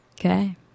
Okay